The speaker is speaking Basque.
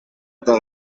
eta